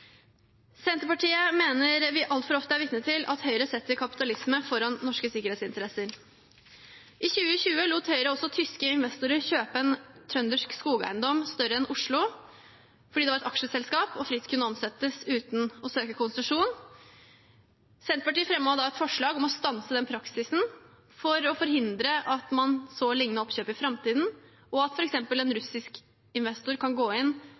Senterpartiet mener vi altfor ofte er vitne til at Høyre setter kapitalisme foran norske sikkerhetsinteresser. I 2020 lot Høyre også tyske investorer kjøpe en trøndersk skogeiendom, større enn Oslo, fordi det var et aksjeselskap og fritt kunne omsettes uten å søke konsesjon. Senterpartiet fremmet da et forslag om å stanse den praksisen for å forhindre at man så lignende oppkjøp i framtiden, og at f.eks. en russisk investor kan gå inn